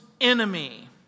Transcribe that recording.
enemy